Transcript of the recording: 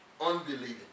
unbelieving